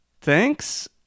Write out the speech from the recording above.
Thanks